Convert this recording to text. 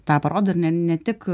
tą parodo ir ne ne tik